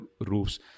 roofs